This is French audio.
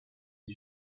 les